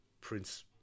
Prince